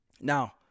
Now